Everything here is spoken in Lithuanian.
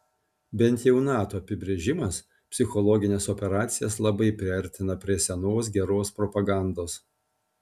bent jau nato apibrėžimas psichologines operacijas labai priartina prie senos geros propagandos